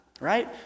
right